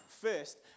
first